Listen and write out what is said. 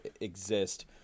exist